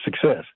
success